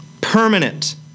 permanent